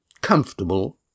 comfortable